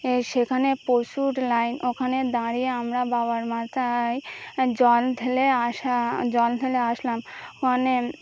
এ সেখানে পশুর লাইন ওখানে দাঁড়িয়ে আমরা বাবার মাথায় জল ঢেলে আসা জল ঢেলে আসলাম ওখানে